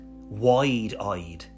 wide-eyed